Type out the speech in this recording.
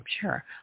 sure